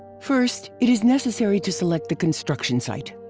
first, it is necessary to select the construction site.